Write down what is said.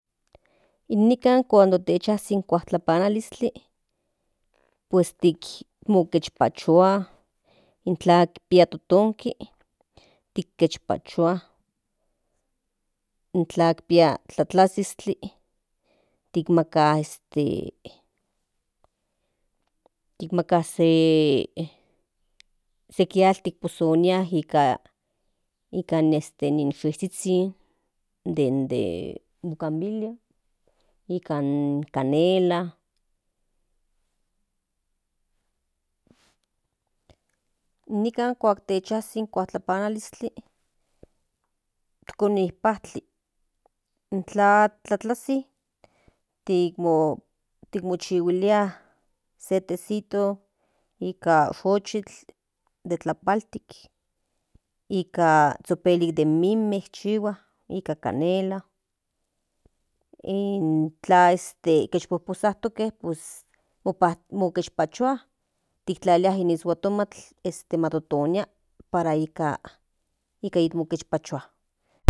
Nikan kuak techazi in kuatlapanaliztli pues mokinpachua intla pia totonki tikechpachua intla pia tlatlazistli kinmaka este se atl tipozonia nika sinzhuizhin dende bugambilia nikan canela nikan kuak techazi in kuatlapanaliztli mopajtia in tlatlazistli kin mochihuilia se tesito nika ochitl de tlapaltik ika zhopelik den minme chihua nika canela intla ishpopozautoke pues mokenpachua kintlalilia in ishuatomatl matotonia para ika mokespachua.